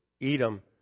Edom